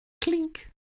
Clink